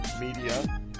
media